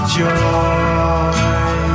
joy